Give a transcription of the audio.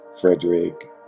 frederick